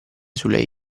sulle